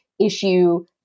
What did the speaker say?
issue